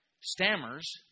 stammers